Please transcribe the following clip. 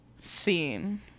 scene